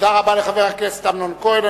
תודה רבה לחבר הכנסת אמנון כהן.